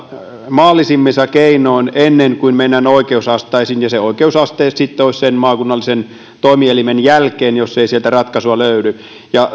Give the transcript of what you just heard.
maallisemmin keinoin ennen kuin mennään oikeusasteisiin ja se oikeusaste sitten olisi sen maakunnallisen toimielimen jälkeen jos ei sieltä ratkaisua löydy ja